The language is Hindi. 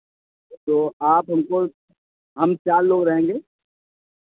तो आप हमको हम चार लोग रहेंगे